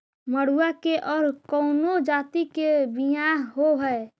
मडूया के और कौनो जाति के बियाह होव हैं?